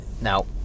Now